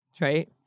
right